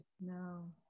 No